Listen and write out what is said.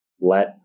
let